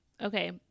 Okay